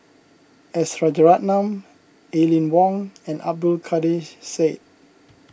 S Rajaratnam Aline Wong and Abdul Kadir Syed